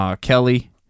Kelly